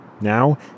Now